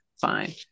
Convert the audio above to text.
fine